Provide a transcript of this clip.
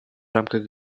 рамках